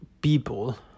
people